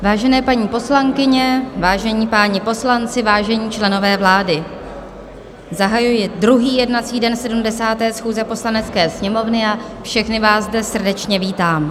Vážené paní poslankyně, vážení páni poslanci, vážení členové vlády, zahajuji druhý jednací den 70. schůze Poslanecké sněmovny a všechny vás zde srdečně vítám.